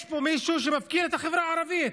יש פה מישהו שמפקיר את החברה הערבית.